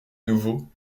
nouveau